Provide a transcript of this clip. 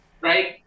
right